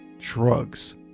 drugs